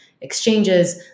exchanges